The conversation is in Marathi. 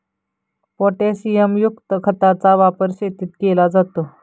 पोटॅशियमयुक्त खताचा वापर शेतीत केला जातो